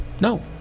No